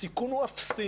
הסיכון הוא אפסי